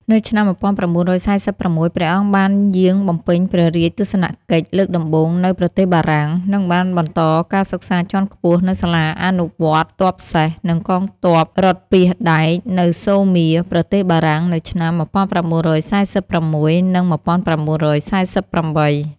នៅឆ្នាំ១៩៤៦ ព្រះអង្គបានយាងបំពេញព្រះរាជទស្សនកិច្ចលើកដំបូងនៅប្រទេសបារាំង និងបានបន្តការសិក្សាជាន់ខ្ពស់នៅសាលាអនុវត្តទ័ពសេះ និងកងទ័ពរថពាសដែកនៅ សូមៀរ ប្រទេសបារាំង នៅឆ្នាំ១៩៤៦ និង១៩៤៨។